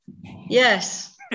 yes